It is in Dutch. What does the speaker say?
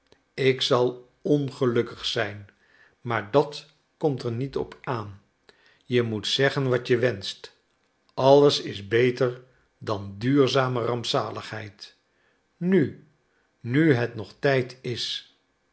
ik zal ongelukkig zijn maar dat komt er niet op aan je moet zeggen wat je wenscht alles is beter dan duurzame rampzaligheid nu nu het nog tijd is